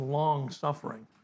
long-suffering